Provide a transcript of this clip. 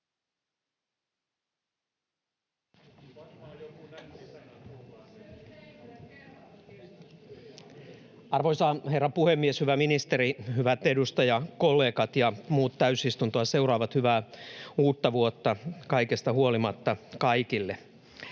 Arvoisa herra puhemies! Hyvä ministeri, hyvät edustajakollegat ja muut täysistuntoa seuraavat! Hyvää uutta vuotta kaikesta huolimatta kaikille.